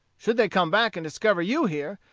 should they come back and discover you here,